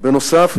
בנוסף,